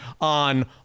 on